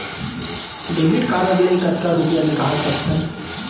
Debit card ले कतका रुपिया निकाल सकथन?